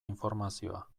informazioa